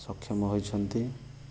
ସକ୍ଷମ ହୋଇଛନ୍ତି